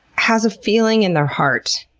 has a feeling in their heart,